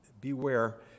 Beware